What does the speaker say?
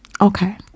Okay